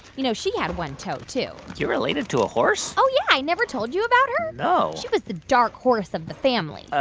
you know, she had one toe, too you're related to a horse? oh, yeah. i never told you about her? no she was the dark horse of the family ah